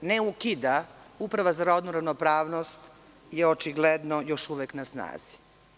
ne ukida Uprava za rodnu ravnopravnost je očigledno još uvek na snazi.